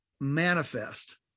manifest